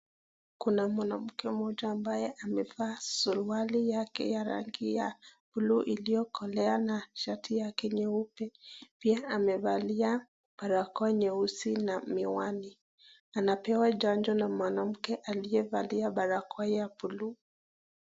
Kuna mwanamke mmoja ambaye amevaa suruali yake ya rangi ya buluu iliyokolea na shati yake nyeupe ,pia amevalia barakoa nyeusi na miwani anapewa chanjo na mwanamke aliyevalia barakoa ya buluu.